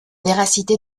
véracité